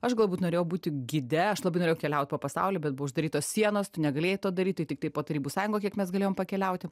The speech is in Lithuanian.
aš galbūt norėjau būti gide aš labai norėjau keliaut po pasaulį bet buvo uždarytos sienos tu negalėjai to daryt tai tiktai po tarybų sąjungą kiek mes galėjom pakeliauti